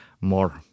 more